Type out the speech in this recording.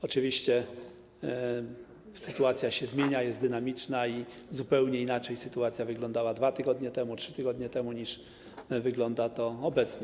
Oczywiście sytuacja się zmienia, jest dynamiczna i zupełnie inaczej wyglądała 2 tygodnie temu, 3 tygodnie temu, niż wygląda obecnie.